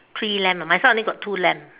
three lamb ah my side only got two lamb